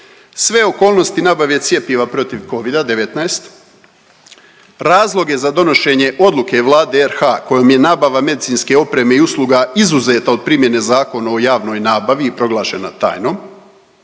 sve okolnosti nabave cjepiva protiv Covida-19, razloge za donošenje odluke Vlade RH kojom je nabava medicinske opreme i usluga izuzeta od primjene Zakona o javnoj nabavi proglašena tajnom.